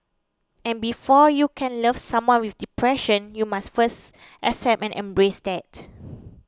and before you can love someone with depression you must first accept and embrace that